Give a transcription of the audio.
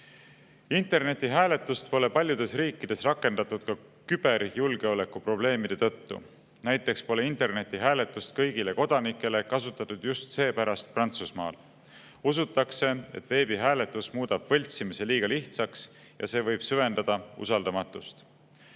Internetihääletust pole paljudes riikides rakendatud ka küberjulgeoleku probleemide tõttu. Näiteks pole internetihääletust kõigile kodanikele kasutatud just seepärast Prantsusmaal. Usutakse, et veebihääletus muudab võltsimise liiga lihtsaks, ja see võib süvendada usaldamatust.